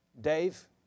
Dave